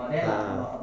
ah